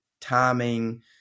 timing